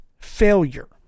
failure